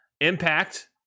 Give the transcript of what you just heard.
Impact